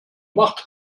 macht